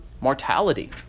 mortality